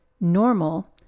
normal